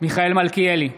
מיכאל מלכיאלי,